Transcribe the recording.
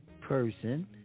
person